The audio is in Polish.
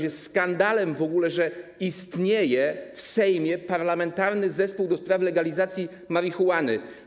Jest skandalem w ogóle, że istnieje w Sejmie Parlamentarny Zespół ds. Legalizacji Marihuany.